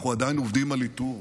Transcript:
אנחנו עדיין עובדים על איתור.